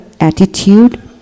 attitude